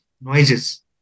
noises